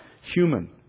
human